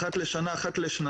אחת לשנה או אחת לשנתיים,